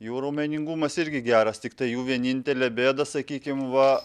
jų raumeningumas irgi geras tiktai jų vienintelė bėda sakykim va